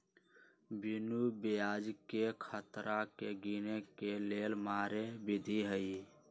बिनु ब्याजकें खतरा के गिने के लेल मारे विधी हइ